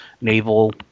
naval